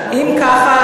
אם ככה,